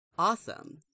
Awesome